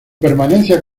permanencia